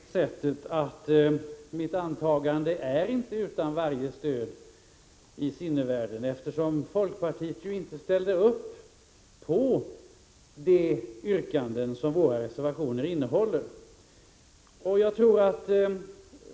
Herr talman! Det är tyvärr inte så att mitt antagande är utan varje stöd i sinnevärlden. Folkpartiet ställde ju inte upp på de yrkanden som framförts i våra reservationer.